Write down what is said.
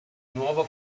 nuovo